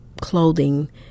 clothing